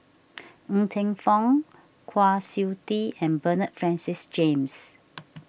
Ng Teng Fong Kwa Siew Tee and Bernard Francis James